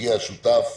מגיע שותף,